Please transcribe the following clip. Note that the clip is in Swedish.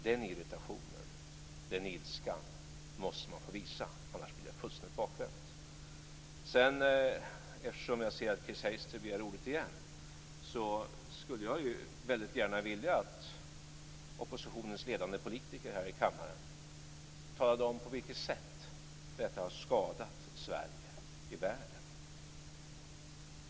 Den irritationen, den ilskan, måste man få visa, för annars blir det fullständigt bakvänt. Jag ser att Chris Heister begär ordet igen och skulle därför väldigt gärna vilja att oppositionens ledande politiker här i kammaren talade om på vilket sätt detta har skadat Sverige i världen.